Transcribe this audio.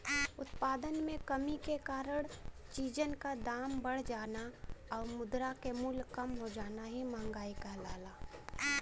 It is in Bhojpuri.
उत्पादन में कमी के कारण चीजन क दाम बढ़ जाना आउर मुद्रा क मूल्य कम हो जाना ही मंहगाई कहलाला